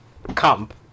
Camp